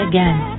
Again